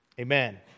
amen